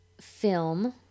film